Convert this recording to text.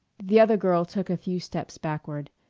the other girl took a few steps backward.